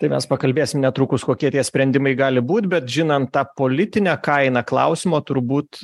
tai mes pakalbėsim netrukus kokie tie sprendimai gali būt bet žinant tą politinę kainą klausimo turbūt